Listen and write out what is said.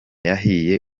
yahiye